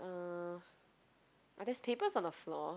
uh oh there's papers on the floor